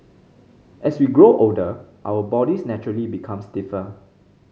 as we grow older our bodies naturally become stiffer